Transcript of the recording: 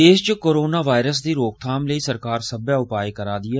देश च corona virus दी रोकथाम लेई सरकार सब्बै उपा करा रदी ऐ